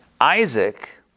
Isaac